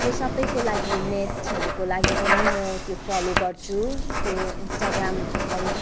त्यो सबैको लागि नेटहरूको लागि पनि म त्यो फलो गर्छु त्यो इन्स्टाग्राम एकाउन्ट